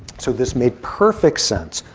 so this made perfect sense.